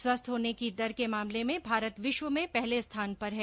स्वस्थ होने की दर के मामले में भारत विश्व में पहले स्थान पर है